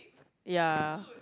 ya